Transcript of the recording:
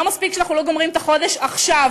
לא מספיק שאנחנו לא גומרים את החודש עכשיו